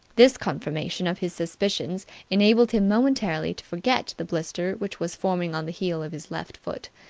this confirmation of his suspicions enabled him momentarily to forget the blister which was forming on the heel of his left foot.